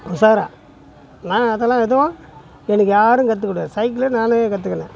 உஷாரா நான் அதெல்லாம் எதுவும் எனக்கு யாரும் கற்றுக் கொடுக்கல சைக்கிள் நானே கற்றுக்கினேன்